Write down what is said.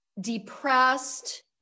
depressed